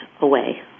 away